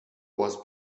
was